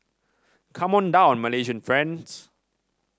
come on down Malaysian friends